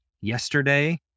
yesterday